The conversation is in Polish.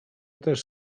też